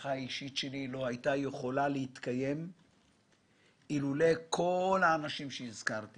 ההצלחה האישית שלי לא הייתה יכולה להתקיים אילולא כל האנשים שהזכרתי